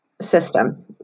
system